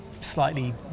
slightly